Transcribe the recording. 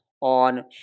on